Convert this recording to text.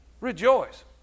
Rejoice